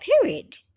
period